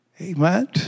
Amen